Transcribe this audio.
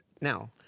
now